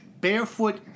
barefoot